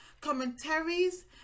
commentaries